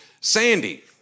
Sandy